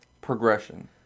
progression